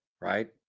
right